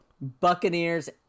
Buccaneers